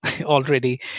Already